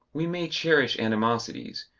we may cherish animosities,